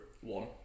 one